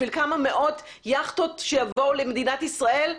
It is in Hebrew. בשביל כמה מאות יכטות שיבואו למדינת ישראל?